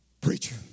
Preacher